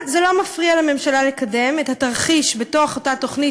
אבל זה לא מפריע לממשלה לקדם את התרחיש שבתוך אותה תוכנית